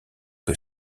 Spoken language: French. que